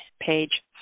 page